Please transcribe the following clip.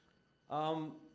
um,